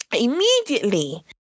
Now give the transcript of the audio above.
immediately